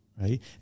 right